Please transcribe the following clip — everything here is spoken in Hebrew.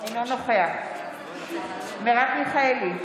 אינו נוכח מרב מיכאלי,